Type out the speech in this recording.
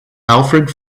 alfred